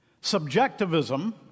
Subjectivism